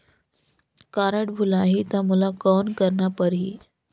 Card भुलाही ता मोला कौन करना परही?